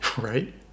Right